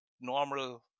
normal